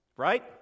right